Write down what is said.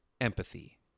Empathy